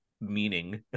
meaning